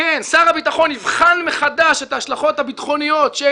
ביולי שר הביטחון יבחן מחדש את ההשלכות הביטחוניות של